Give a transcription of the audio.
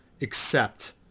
accept